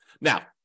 Now